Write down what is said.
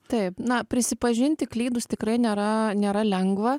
taip na prisipažinti klydus tikrai nėra nėra lengva